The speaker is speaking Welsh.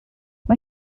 mae